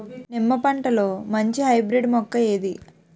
నిమ్మ పంటలో మంచి హైబ్రిడ్ మొక్క ఏది?